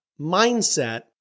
mindset